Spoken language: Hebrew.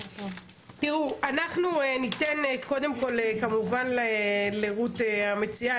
תראו, אנחנו ניתן קודם כל כמובן לרות המציעה.